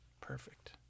perfect